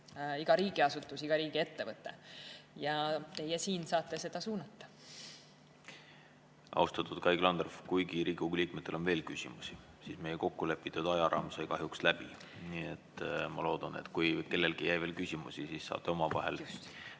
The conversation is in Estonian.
iga riigiasutus, iga riigiettevõte. Ja teie siin saate seda suunata. Austatud Kai Klandorf, kuigi Riigikogu liikmetel on veel küsimusi, sai meie kokkulepitud ajaraam kahjuks läbi. Nii et ma loodan, et kui kellelgi jäi veel küsimusi, siis saate omavahel